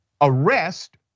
arrest